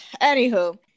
Anywho